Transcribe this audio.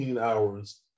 hours